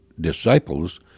disciples